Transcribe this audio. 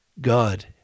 God